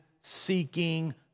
seeking